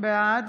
בעד